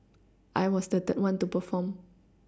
I was the third one to perform